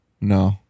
No